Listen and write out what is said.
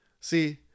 See